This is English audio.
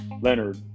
Leonard